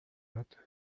not